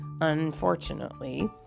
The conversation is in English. Unfortunately